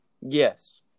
Yes